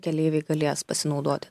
keleiviai galės pasinaudoti